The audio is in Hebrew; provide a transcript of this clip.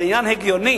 זה עניין הגיוני.